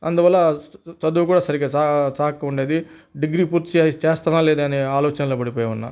అందువల్ల చదువు కూడా సరిగ్గా చా చాగక ఉండేది డిగ్రీ పూర్తి చేసే పూర్తి చేస్తానా లేదా అన్న ఆలోచనలో పడిపోయి ఉన్న